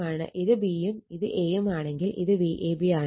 ഇത് b യും ഇത് a യും ആണെങ്കിൽ ഇത് Vab ആണ്